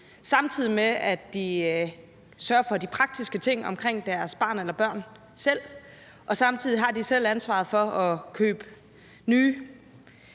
samtidig med at de selv sørger for de praktiske ting omkring deres barn eller deres børn, og samtidig med at de selv har ansvaret for at købe nye